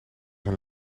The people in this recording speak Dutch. zijn